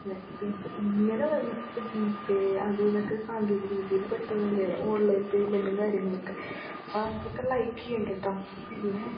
അല്ലേ ഇപ്പം ഇത് ഇങ്ങനെ വന്നപ്പം ഇപ്പം ജി പേ അത് ഇതൊക്കെ സാങ്കേതികവിദ്യയിൽ പെട്ടത് തന്നെയാണ് ഓൺലൈൻ പേയ്മെൻ്റും കാര്യങ്ങളൊക്കെ ഇപ്പം അത് ഒക്കെ ലൈക്ക് ചെയ്യുന്നുണ്ട് കേട്ടോ പിന്നെ